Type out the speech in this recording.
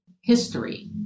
history